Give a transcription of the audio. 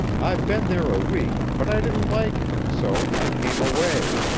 i been there a week, but i didn't like it, so i came away.